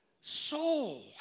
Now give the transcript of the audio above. soul